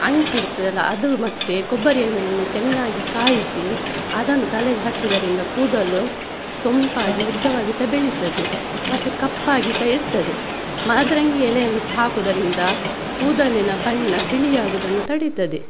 ಅಂಟು ಇರ್ತದಲ್ಲ ಅದು ಮತ್ತೆ ಕೊಬ್ಬರಿ ಎಣ್ಣೆಯನ್ನು ಚೆನ್ನಾಗಿ ಕಾಯಿಸಿ ಅದನ್ನು ತಲೆಗೆ ಹಚ್ಚುವುದರಿಂದ ಕೂದಲು ಸೊಂಪಾಗಿ ಉದ್ದವಾಗಿ ಸಹ ಬೆಳೀತದೆ ಮತ್ತೆ ಕಪ್ಪಾಗಿ ಸಹ ಇರ್ತದೆ ಮದರಂಗಿ ಎಲೆಯನ್ನು ಸಹ ಹಾಕುದರಿಂದ ಕೂದಲಿನ ಬಣ್ಣ ಬಿಳಿಯಾಗುವುದನ್ನು ತಡಿತದೆ